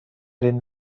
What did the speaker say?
این